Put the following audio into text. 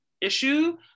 issue